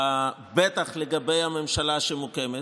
בטח לגבי הממשלה שמוקמת,